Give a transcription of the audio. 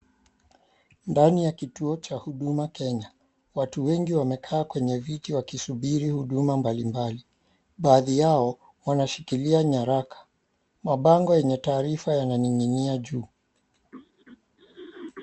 Ndani ya kituo cha huduma Kenya. Watu wengi wamekaa kwenye viti wakisubiri huduma mbali mbali. Baadhi yao wanashikilia nyaraka. Mabango yenye taarifa yananin'ginia juu.